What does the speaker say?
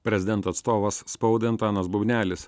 prezidento atstovas spaudai antanas bubnelis